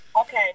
Okay